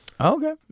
Okay